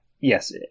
Yes